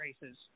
races